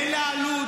אין לה עלות.